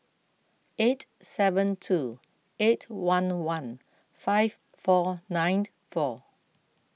eight seven two eight one one five four nine four